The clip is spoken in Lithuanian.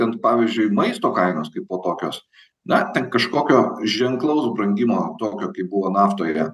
ten pavyzdžiui maisto kainos kaipo tokios na ten kažkokio ženklaus brangimo tokio kaip buvo naftoje